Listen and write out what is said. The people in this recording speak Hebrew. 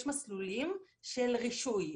יש מסלולים של רישוי,